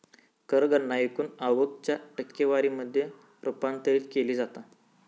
कर गणना एकूण आवक च्या टक्केवारी मध्ये रूपांतरित केली जाता